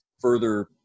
further